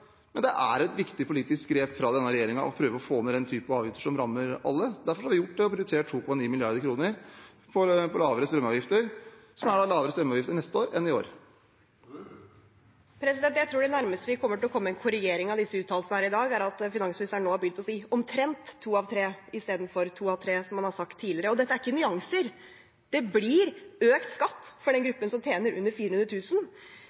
men det er et viktig politisk grep fra denne regjeringen å prøve å få ned slike avgifter som rammer alle. Derfor har vi prioritert 2,9 mrd. kr til lavere strømavgifter, som er lavere strømavgifter neste år enn i år. Det blir oppfølgingsspørsmål – først Tina Bru. Jeg tror det nærmeste vi kommer å komme en korrigering av disse uttalelsene her i dag, er at finansministeren nå har begynt å si omtrent to av tre, istedenfor to av tre, som han har sagt tidligere. Dette er ikke nyanser. Det blir økt skatt for den